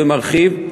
ומרחיב,